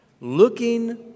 looking